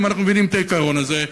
אם אנחנו מבינים את העיקרון הזה,